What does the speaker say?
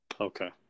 Okay